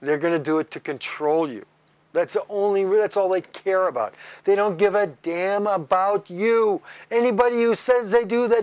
they're going to do it to control you that's the only real it's all they care about they don't give a damn about you anybody who says they do th